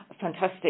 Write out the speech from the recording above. Fantastic